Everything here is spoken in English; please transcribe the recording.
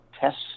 tests